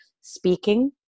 speaking